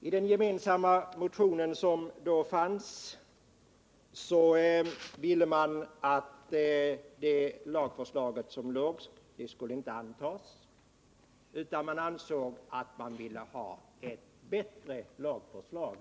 I den gemensamma motionen skrev man att man inte ville att lagförslaget skulle antas, utan man önskade ett bättre lagförslag.